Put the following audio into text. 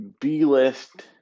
B-list